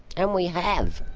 and we have.